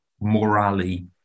morally